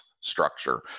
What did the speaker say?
structure